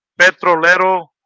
Petrolero